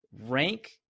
Rank